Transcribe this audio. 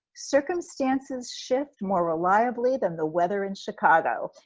circumstances shift more reliably than the weather in chicago.